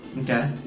Okay